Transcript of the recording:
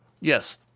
Yes